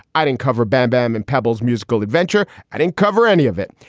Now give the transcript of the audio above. i didn't cover bam-bam and pebble's musical adventure. i didn't cover any of it.